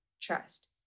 trust